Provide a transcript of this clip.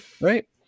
Right